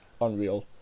unreal